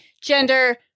gender